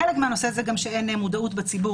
חלק מהנושא זה גם שאין מודעות בציבור.